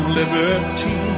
liberty